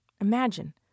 imagine